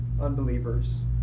unbelievers